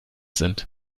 sind